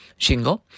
Shingo